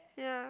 ya